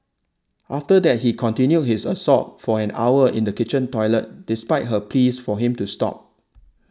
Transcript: after that he continued his assault for an hour in the kitchen toilet despite her pleas for him to stop